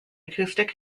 acoustic